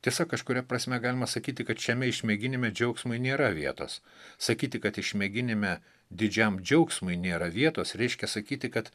tiesa kažkuria prasme galima sakyti kad šiame išmėginime džiaugsmui nėra vietos sakyti kad išmėginime didžiam džiaugsmui nėra vietos reiškia sakyti kad